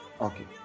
Okay